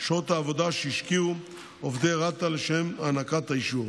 שעות העבודה שהשקיעו עובדי רת"א לשם הענקת האישור,